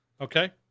Okay